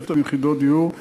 ל-6,000 יחידות דיור,